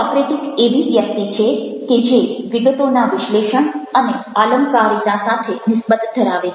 Socratic એવી વ્યક્તિ છે કે જે વિગતોના વિશ્લેષણ અને આલંકારિતા સાથે નિસબત ધરાવે છે